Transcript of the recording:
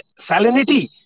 salinity